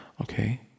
okay